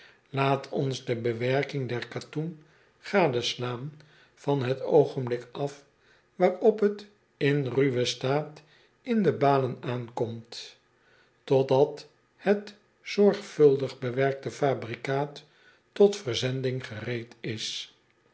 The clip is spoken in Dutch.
aat ons de bewerking der katoen gadeslaan van het oogenblik af waarop het in ruwen staat in de balen aankomt totdat het zorgvuldig bewerkte fabrikaat tot verzending gereed is